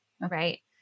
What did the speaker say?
right